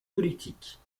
politiques